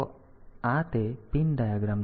તો આ તે પિન ડાયાગ્રામ છે